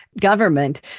government